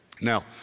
Now